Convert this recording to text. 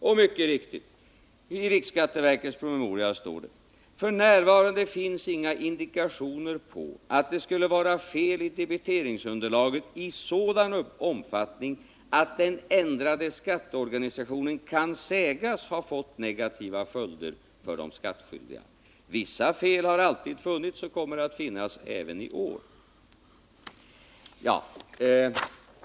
Och mycket riktigt —i riksskatteverkets promemoria står det: F. n. finns inga indikationer på att Om 1979 års taxedet skulle vara fel i debiteringsunderlaget i sådan omfattning att den ändrade skatteorganisationen kan sägas ha fått negativa följder för de skattskyldiga. Vissa fel har alltid funnits och kommer att finnas även i år.